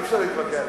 אי-אפשר להתווכח.